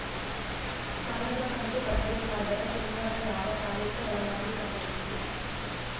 ಸಾಲದ ಕಂತು ಕಟ್ಟಬೇಕಾದರ ತಿಂಗಳದ ಯಾವ ತಾರೀಖ ಒಳಗಾಗಿ ಕಟ್ಟಬೇಕು?